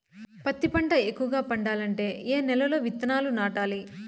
పత్తి పంట ఎక్కువగా పండాలంటే ఏ నెల లో విత్తనాలు నాటాలి?